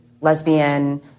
lesbian